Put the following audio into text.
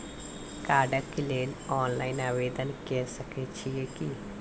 कार्डक लेल ऑनलाइन आवेदन के सकै छियै की?